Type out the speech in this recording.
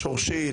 שורשית,